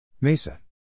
Mesa